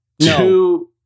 No